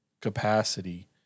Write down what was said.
capacity